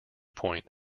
point